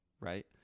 right